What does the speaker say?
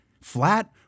flat